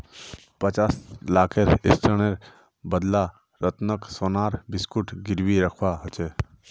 पचास लाखेर ऋनेर बदला रतनक सोनार बिस्कुट गिरवी रखवा ह ले